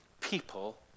People